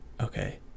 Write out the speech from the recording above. okay